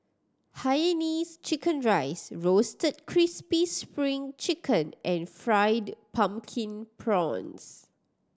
hainanese chicken rice Roasted Crispy Spring Chicken and Fried Pumpkin Prawns